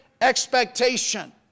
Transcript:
expectation